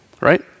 right